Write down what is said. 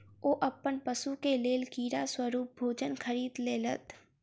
ओ अपन पशु के लेल कीड़ा स्वरूप भोजन खरीद लेलैत